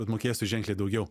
tad mokėsiu ženkliai daugiau